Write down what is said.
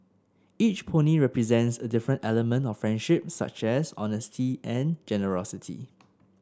each pony represents a different element of friendship such as honesty and generosity